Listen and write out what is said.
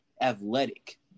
athletic